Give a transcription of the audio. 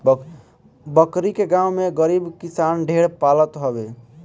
बकरी के गांव में गरीब किसान ढेर पालत हवे